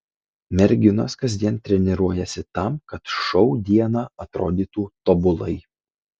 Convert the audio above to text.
merginos kasdien treniruojasi tam kad šou dieną atrodytų tobulai